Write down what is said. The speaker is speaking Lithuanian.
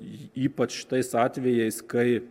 ypač tais atvejais kai